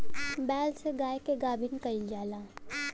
बैल से गाय के गाभिन कइल जाला